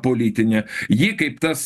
politinė jį kaip tas